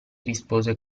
rispose